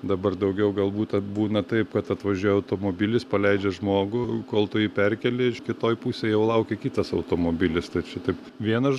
dabar daugiau galbūt būna taip kad atvažiuoja automobilis paleidžia žmogų kol tu jį perkeli kitoj pusėj jau laukia kitas automobilis tai čia taip vienas